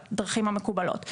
לארץ בדרכים המקובלות.